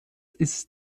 ist